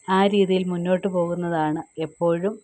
ആ രീതിയിൽ മുന്നോട്ട് പോകുന്നതാണ് എപ്പോഴും